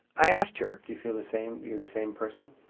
i asked her do you feel the same, you're the same person?